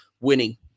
winning